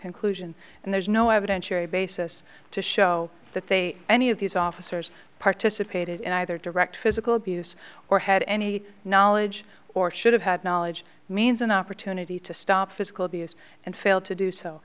conclusion and there's no evidentiary basis to show that they any of these officers participated in either direct physical abuse or had any knowledge or should have had knowledge means an opportunity to stop physical abuse and failed to do so